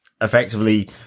effectively